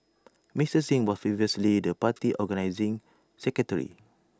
Mister Singh was previously the party's organising secretary